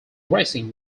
racing